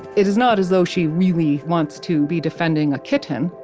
it is not as though she really wants to be defending a kitten.